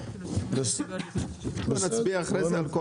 16. מי בעד?